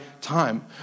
time